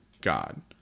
God